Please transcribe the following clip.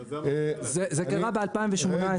מי שמייבא את החלפים, זה אותו יבואן,